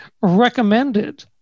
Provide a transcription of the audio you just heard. recommended